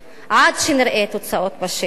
עד שנראה תוצאות בשטח,